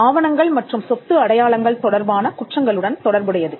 ஆவணங்கள் மற்றும் சொத்துஅடையாளங்கள் தொடர்பான குற்றங்களுடன் தொடர்புடையது